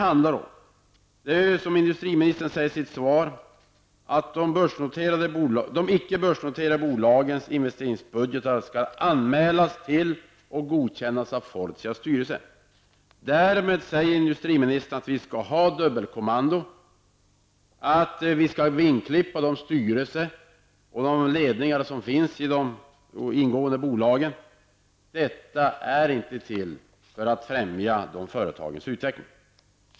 För industriministern säger i sitt svar att de icke-börsnoterade bolagens investeringsbudgetar skall anmälas till och godkännas av Fortias styrelse. Därmed säger industriministern att vi skall ha dubbelkommando, att vi skall vingklippa de styrelser och ledningar som finns i de ingående bolagen. Detta är inte till för att främja dessa företags utveckling.